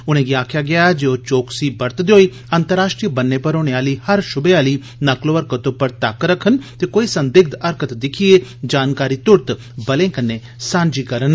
उनेंगी आक्खेआ गेया जे ओह् चौकसी बरतदे होई अंतर्राष्ट्रीय ब'न्ने पर होने आह्ली हर शुबे आह्ली नक्लोहरकत पर तक्क रक्खन ते कोई संदिग्ध हरकत दिक्खियै जानकारी तुरत बलें कन्नै सांझी करन